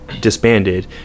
disbanded